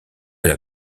elle